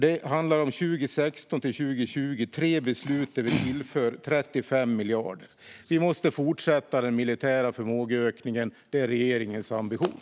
Det handlar om tre beslut under tiden 2016-2020 där vi tillför 35 miljarder. Vi måste fortsätta den militära förmågeökningen. Det är regeringens ambition.